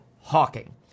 hawking